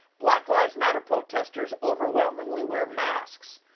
black lives matter protesters overwhelmingly wear masks.